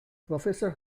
professor